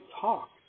talk